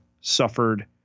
suffered